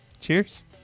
Cheers